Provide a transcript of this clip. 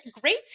great